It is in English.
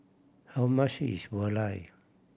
how much is valai